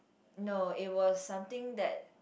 no it was something that